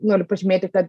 galiu pažymėti kad